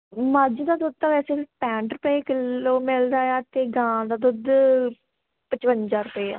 ਮੱਝ ਦਾ ਦੁੱਧ ਤਾਂ ਵੈਸੇ ਪੈਂਹਠ ਰੁਪਏ ਕਿੱਲੋ ਮਿਲਦਾ ਆ ਅਤੇ ਗਾਂ ਦਾ ਦੁੱਧ ਪਚਵੰਜਾ ਰੁਪਿਆ